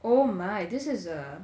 oh my this is a